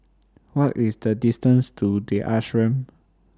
What IS The distance to The Ashram